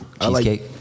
Cheesecake